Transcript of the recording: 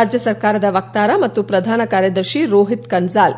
ರಾಜ್ಯ ಸರ್ಕಾರದ ವಕ್ತಾರ ಮತ್ತು ಪ್ರಧಾನ ಕಾರ್ಯದರ್ಶಿ ರೋಹಿತ್ ಕನ್ಲಾಲ್